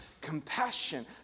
compassion